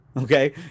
Okay